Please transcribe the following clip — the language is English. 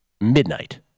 midnight